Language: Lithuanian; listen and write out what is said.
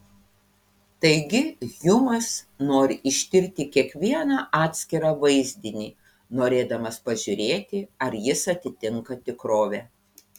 taigi hjumas nori ištirti kiekvieną atskirą vaizdinį norėdamas pažiūrėti ar jis atitinka tikrovę